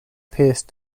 pierced